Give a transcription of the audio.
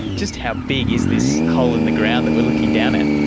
just how big is this hole in the ground that we are looking down at?